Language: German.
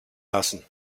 lassen